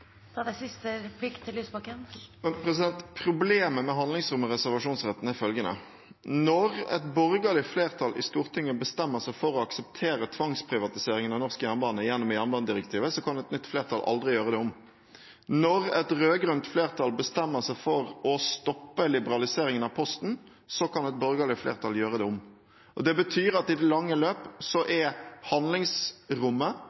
Problemet med handlingsrommet og reservasjonsretten er følgende: Når et borgerlig flertall i Stortinget bestemmer seg for og aksepterer tvangsprivatiseringen av norsk jernbane gjennom jernbanedirektivet, kan et nytt flertall aldri gjøre det om. Når et rød-grønt flertall bestemmer seg for å stoppe liberaliseringen av Posten, kan et borgerlig flertall gjøre det om. Det betyr at i det lange løp